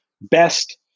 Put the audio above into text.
best